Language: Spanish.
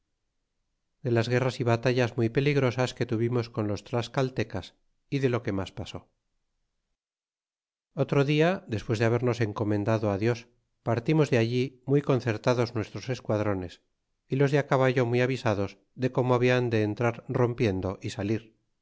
de las guerras y batallas muy peligrosas que tuvimos con los tlascaltecas y de lo que mas pasó otro dia despues de habernos encomendado á dios partimos de allí muy concertados nuestros esquadrones y los de caballo muy avisados de como hablan de entrar rompiendo y salir